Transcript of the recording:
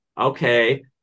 okay